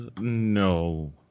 No